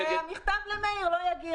--- והמכתב למאיר לא יגיע.